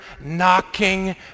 knocking